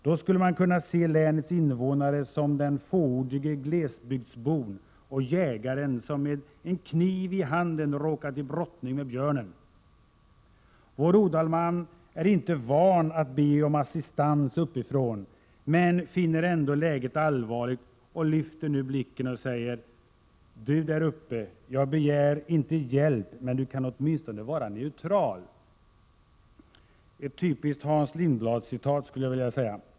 Då skulle man kunna se länets invånare som den fåordige glesbygdsbon och jägaren som med en kniv i handen råkat i brottning med björnen. Vår odalman är inte van att be om assistans uppifrån men finner ändå läget allvarligt och lyfter nu blicken: ”Du där uppe, jag begär inte hjälp, men du kan åtminstone vara neutral”.” Det är ett typiskt uttalande av Hans Lindblad.